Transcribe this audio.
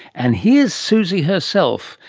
and here's suzy herself,